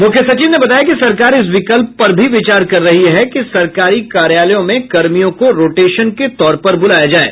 मुख्य सचिव ने बताया कि सरकार इस विकल्प पर भी विचार कर रही है कि सरकारी कार्यालयों में कर्मियों को रोटेशन के तौर पर बूलाया जाये